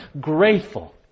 grateful